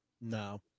No